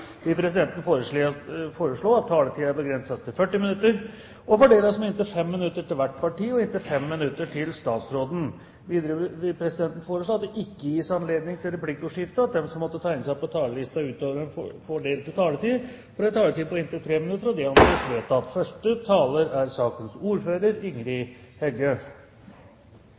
vil presidenten foreslå at taletiden begrenses til 40 minutter og fordeles med inntil 5 minutter til hvert parti og inntil 5 minutter til statsråden. Videre vil presidenten foreslå at det ikke gis anledning til replikkordskifte, og at de som måtte tegne seg på talerlisten utover den fordelte taletid, får en taletid på inntil 3 minutter. – Det anses vedtatt. I denne saka vert det bedt om at